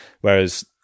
whereas